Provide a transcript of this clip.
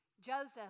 Joseph